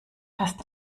fast